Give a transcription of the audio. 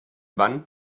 van